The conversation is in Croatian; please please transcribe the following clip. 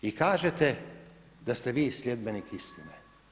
I kažete da ste vi sljedbenik istine.